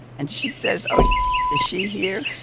and she says, oh, is she here?